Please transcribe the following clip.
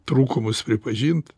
trūkumus pripažint